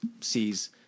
sees